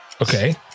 Okay